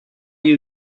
you